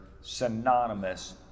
synonymous